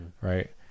Right